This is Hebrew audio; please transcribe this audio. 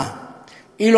אילו הייתה מתבצעת.